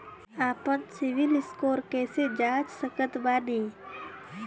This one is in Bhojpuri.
आपन सीबील स्कोर कैसे जांच सकत बानी?